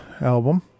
album